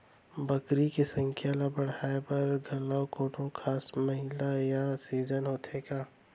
बकरी के संख्या ला बढ़ाए बर घलव कोनो खास महीना या सीजन होथे का?